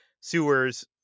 sewers